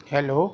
hello